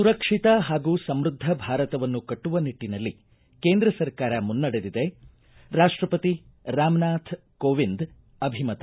ಸುರಕ್ಷಿತ ಹಾಗೂ ಸಮೃದ್ಧ ಭಾರತವನ್ನು ಕಟ್ಟುವ ನಿಟ್ಟನಲ್ಲಿ ಕೇಂದ್ರ ಸರ್ಕಾರ ಮುನ್ನಡೆದಿದೆ ರಾಷ್ಟಪತಿ ರಾಮನಾಥ ಕೋವಿಂದ್ ಅಭಿಮತ